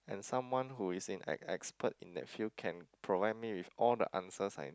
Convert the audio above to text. and someone who is in an expert in that field can provide me with all the answers I need